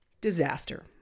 disaster